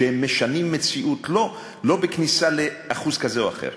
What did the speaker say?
שהם משנים מציאות, לא בכניסה לאחוז כזה או אחר,